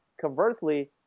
conversely